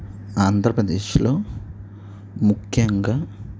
ఆంధ్రప్రదేశ్లో ముఖ్యంగా